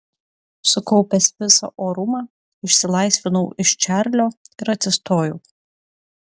sukaupęs visą orumą išsilaisvinau iš čarlio ir atsistojau